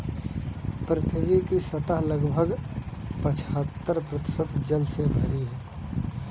पृथ्वी की सतह लगभग पचहत्तर प्रतिशत जल से भरी है